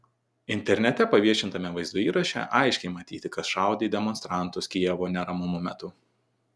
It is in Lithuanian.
internete paviešintame vaizdo įraše aiškiai matyti kas šaudė į demonstrantus kijevo neramumų metu